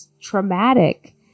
traumatic